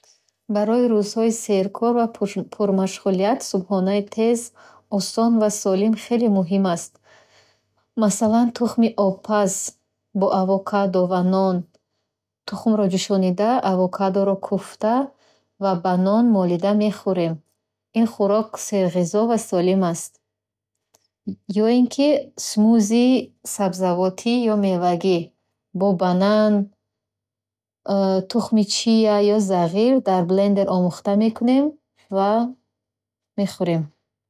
Барои рӯзҳои серкор ва пурмашғулият, субҳонаи тез, осон ва солим хеле муҳим аст. Масъалан, тухми обпаз бо авокадо ва нон. Тухмро ҷӯшонида, авокадоро кӯфта ва ба нон молида мехӯред. Ин хӯрок серғизо ва солим аст. Ё ин ки смусии сабзавотӣ ё мевагӣ бо банан тухми чия ё зағир дар блендер омехта мекунем ва мехурем.